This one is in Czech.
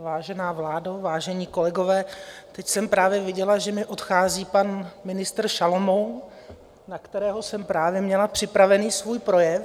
Vážená vládo, vážení kolegové, teď jsem právě viděla, že mi odchází pan ministr Šalomoun, na kterého jsem právě měla připraven svůj projev.